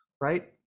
right